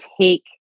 take